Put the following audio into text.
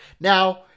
Now